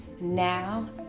now